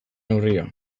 neurria